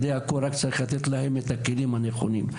רק צריך היה לתת להם את הכלים הנכונים.